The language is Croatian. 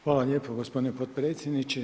Hvala lijepo gospodine potpredsjedniče.